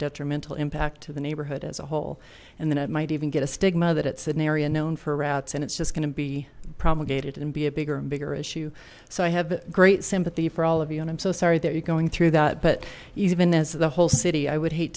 detrimental impact to the neighborhood as a whole and then it might even get a stigma that it's an area known for rats and it's just going to be promulgated and be a bigger and bigger issue so i have great sympathy for all of you and i'm so sorry that you're going through that but even as the whole city i would hate